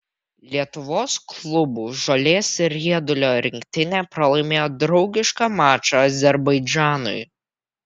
lietuvos klubų žolės riedulio rinktinė pralaimėjo draugišką mačą azerbaidžanui